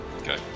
Okay